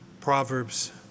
Proverbs